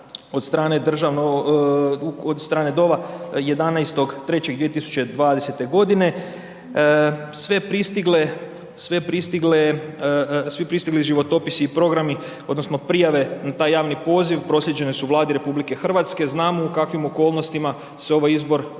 od strane DORH-a 11. 3. 2020. g., svi pristigli životopisi i programi odnosno prijave na taj javni poziv, proslijeđene su Vladi RH, znamo u kakvim okolnostima se ovaj izbor